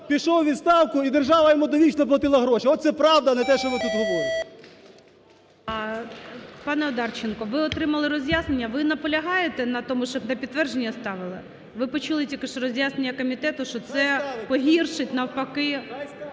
пішов у відставку, і держава йому довічно платила гроші. Оце правда, а не те, що ви тут говорите. ГОЛОВУЮЧИЙ. Пане Одарченко, ви отримали роз'яснення. Ви наполягаєте на тому, щоб на підтвердження ставили? Ви почули тільки що роз'яснення комітету, що це погіршить навпаки...